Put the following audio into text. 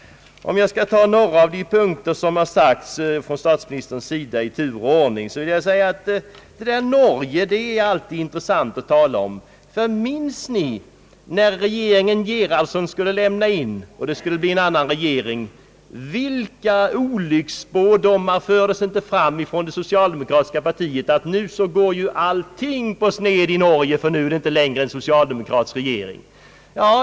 Jag vill sedan, herr talman, i tur och ordning behandla några av de punkter som statsministern anfört. Förhållandena i Norge t.ex. är ett intressant ämne. Minns de ärade kammarledamöterna, när regeringen Gerhardsen skulle lämna in, vilka olycksspådomar det socialdemokratiska partiet förde fram? Man trodde att allting skulle gå på sned i Norge, när det inte längre var en socialdemokratisk regering.